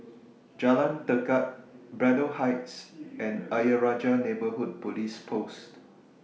Jalan Tekad Braddell Heights and Ayer Rajah Neighbourhood Police Post